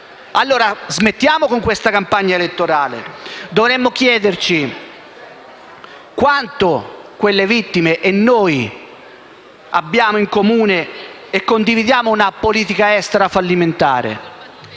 allora con questa campagna elettorale. Dovremmo chiederci quanto quelle vittime e noi abbiamo in comune e condividiamo una politica estera fallimentare.